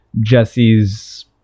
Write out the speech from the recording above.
Jesse's